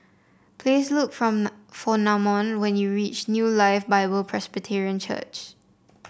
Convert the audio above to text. please look from for Namon when you reach New Life Bible Presbyterian Church